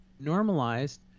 normalized